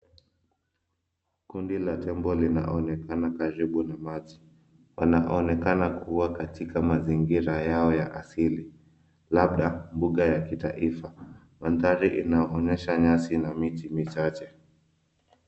Kundi la tembo linaonekana karibu na maji. Wanaonekana kuwa katika mazingira yao ya asili labda mbuga ya kitaifa. Mandhari inaonyesha nyasi na miti michache.